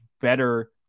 better